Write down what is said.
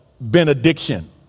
benediction